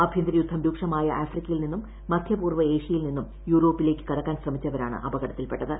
ആഭ്യന്തരയുദ്ധം രൂക്ഷമായ ആഫ്രിക്കയിൽ നിന്നും മധ്യപൂർവ്വേഷ്യയിൽ നിന്നും യൂറോപ്പിലേക്ക് കടക്കാൻ ശ്രമിച്ചവരാണ് അപകടത്തിൽപ്പെട്ടത്